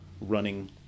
running